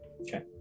Okay